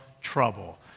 trouble